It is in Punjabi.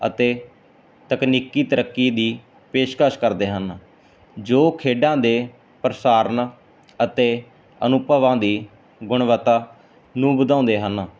ਅਤੇ ਤਕਨੀਕੀ ਤਰੱਕੀ ਦੀ ਪੇਸ਼ਕਸ਼ ਕਰਦੇ ਹਨ ਜੋ ਖੇਡਾਂ ਦੇ ਪ੍ਰਸਾਰਨ ਅਤੇ ਅਨੁਭਵਾਂ ਦੀ ਗੁਣਵੱਤਾ ਨੂੰ ਵਧਾਉਂਦੇ ਹਨ